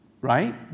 Right